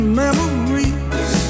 memories